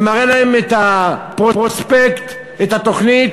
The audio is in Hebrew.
ומראה להם את הפרוספקט, את התוכנית,